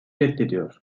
reddediyor